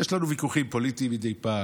יש לנו ויכוחים פוליטיים מדי פעם,